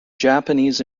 japanese